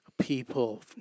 people